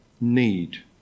need